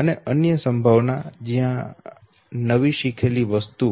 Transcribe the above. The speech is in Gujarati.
અને અન્ય સંભાવના જ્યાં નવી શીખેલી વસ્તુ